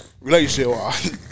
Relationship